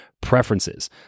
preferences